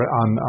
on